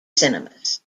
cinemas